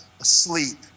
Asleep